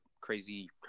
crazy